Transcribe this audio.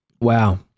Wow